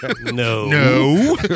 No